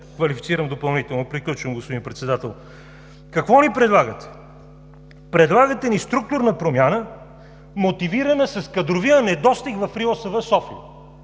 времето е изтекло.) Приключвам, господин Председател. Какво ни предлагате? Предлагате ни структурна промяна, мотивирана с кадровия недостиг в РИОСВ – София,